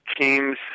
teams